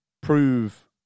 prove